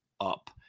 up